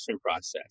process